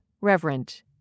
reverent